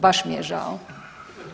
Baš mi je žao.